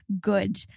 good